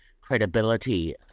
credibility